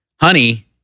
Honey